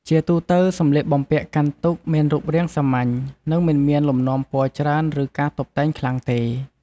ជាទូទៅ សម្លៀកបំពាក់កាន់ទុក្ខមានរូបរាងសាមញ្ញ និងមិនមានលំនាំពណ៌ច្រើន ឬការតុបតែងខ្លាំងទេ។